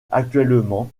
actuellement